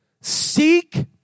Seek